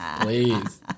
please